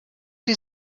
sie